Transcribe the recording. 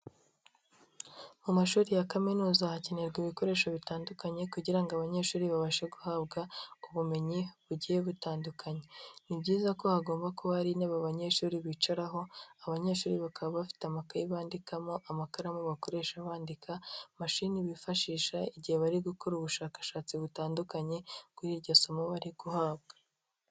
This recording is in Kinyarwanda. Mu mashuri ya kaminuza hakenerwa ibikoresho bitandukanye kugira ngo abanyeshuri babashe guhabwa ubumenyi bugiye butandukanye, ni byiza ko hagomba kuba hari intebe abanyeshuri bicaraho, abanyeshuri bakaba bafite amakaye bandikamo, amakaramu bakoresha bandika, mashini bifashisha igihe bari gukora ubushakashatsi butandukanye kuri iryo somo bari guhabwa.